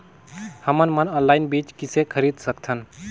हमन मन ऑनलाइन बीज किसे खरीद सकथन?